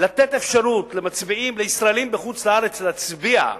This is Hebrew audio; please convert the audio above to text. לתת אפשרות למצביעים, לישראלים בחוץ-לארץ להצביע,